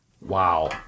Wow